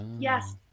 Yes